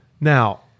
Now